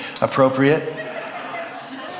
appropriate